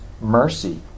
mercy